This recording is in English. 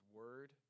word